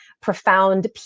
profound